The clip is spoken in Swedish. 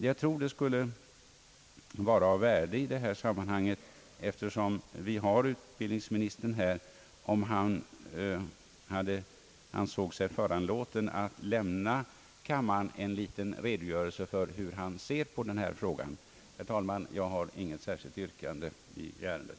Jag tror att det skulle vara av värde i det här sammanhanget, om utbildningsministern, eftersom vi har honom här, ansåg sig föranlåten att lämna kammaren en liten redogörelse för hur han ser på den här frågan. Herr talman! Jag har inget särskilt yrkande i ärendet.